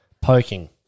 Poking